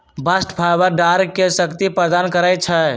bast fibre डांरके शक्ति प्रदान करइ छै